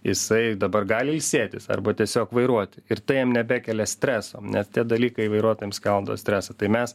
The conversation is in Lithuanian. jisai dabar gali ilsėtis arba tiesiog vairuoti ir tai jam nebekelia streso nes tie dalykai vairuotojams keldavo stresą tai mes